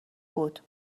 بود